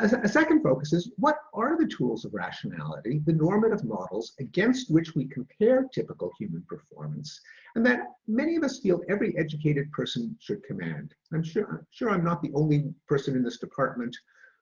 as a second focus is, what are the tools of rationality, the normative models, against which we compare typical human performance. steven pinker and that many of us feel every educated person should command. i'm sure sure i'm not the only person in this department